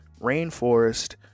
rainforest